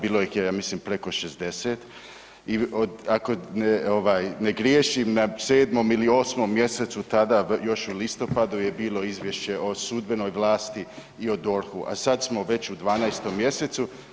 Bilo ih je ja mislim preko 60 i ako ne griješim na 7. ili 8. mjesecu tada još u listopadu je bilo Izvješće o sudbenoj vlasti i o DORH-u, a sada smo već u 12. mjesecu.